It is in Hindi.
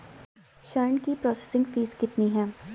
ऋण की प्रोसेसिंग फीस कितनी है?